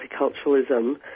Multiculturalism